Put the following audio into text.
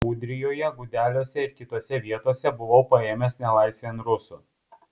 ūdrijoje gudeliuose ir kitose vietose buvau paėmęs nelaisvėn rusų